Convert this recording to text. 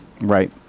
Right